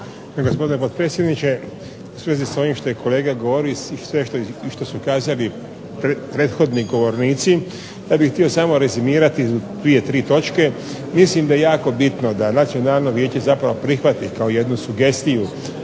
gospodine potpredsjedniče. U svezi sa ovim što kolega govori i sve što su kazali prethodni govornici ja bih htio samo rezimirati 2, 3 točke. Mislim da je jako bitno da Nacionalno vijeće zapravo prihvati kao jednu sugestiju